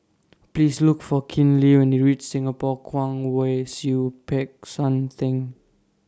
Please Look For Kinley when YOU REACH Singapore Kwong Wai Siew Peck San Theng